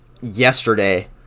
yesterday